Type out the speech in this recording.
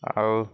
ଆଉ